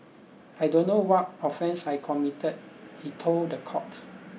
I don't know what offence I committed he told the court